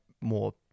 more